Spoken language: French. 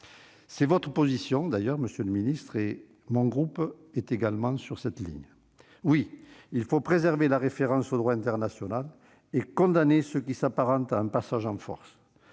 votre position, monsieur le ministre, et mon groupe est également sur cette ligne. Oui, il faut préserver la référence au droit international et condamner ce qui s'apparente à un passage en force